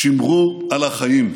שמרו על החיים.